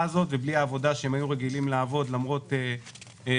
הזאת ובלי העבודה שהם היו רגילים לעבוד למרות גילם.